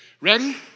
ready